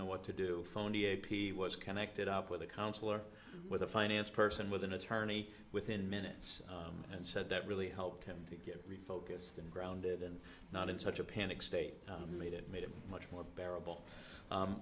know what to do phone was connected up with a counselor with a finance person with an attorney within minutes and said that really helped him get refocused and grounded and not in such a panic state made it made it much more bearable